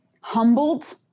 humbled